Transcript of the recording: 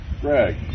Greg